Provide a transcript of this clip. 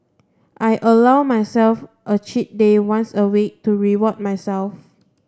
I allow myself a cheat day once a week to reward myself